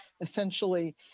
essentially